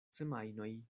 semajnoj